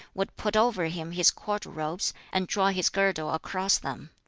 would put over him his court robes, and draw his girdle across them.